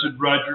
Roger